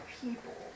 people